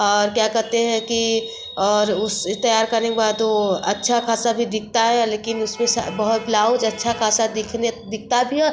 और क्या कहते हैं कि और उस तैयार करने के बाद वो अच्छा खासा भी दिखता है लेकिन उसमें सा बहुत ब्लाउज अच्छा खासा दिखने दिखता भी है